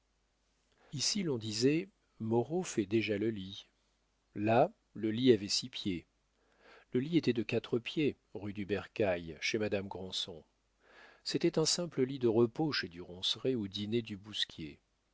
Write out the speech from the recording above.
ici l'on disait moreau fait déjà le lit là le lit avait six pieds le lit était de quatre pieds rue du bercail chez madame granson c'était un simple lit de repos chez du ronceret où dînait du bousquier